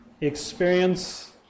experience